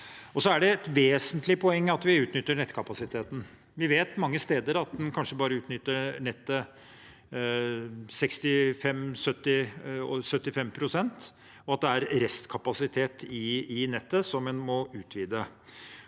Det er et vesentlig poeng at vi utnytter nettkapasiteten. Vi vet at en mange steder kanskje bare utnytter nettet 65–70–75 pst., og at det er restkapasitet i nettet som en må utvide.